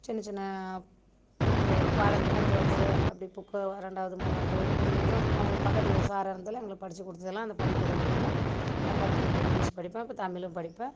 சின்ன சின்ன புக்கு பாடங்கள் அஞ்சாவது அப்படி புக்கு ரெண்டாவது மூணாவது கொஞ்சம் கொஞ்சம் அவங்க பக்கத்தில் ஒரு சாரு இருந்ததால எங்களுக்கு படித்து கொடுத்ததெல்லாம் அந்த படிப்பை கொஞ்சம் கொஞ்சம் நான் கற்றுக்கிட்டேன் இங்கிலிஷ் படிப்பேன் அப்றம் தமிழும் படிப்பேன்